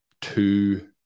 two